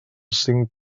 cinc